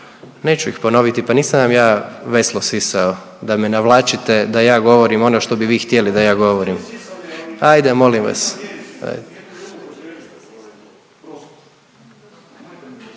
neću ih ponoviti, pa nisam vam ja veslo sisao da me navlačite da ja govorim ono što bi vi htjeli da ja govorim. .../Upadica